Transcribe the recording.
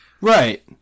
Right